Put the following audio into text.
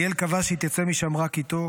ליאל קבעה שהיא תצא משם רק איתו,